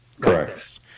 Correct